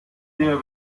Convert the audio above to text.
der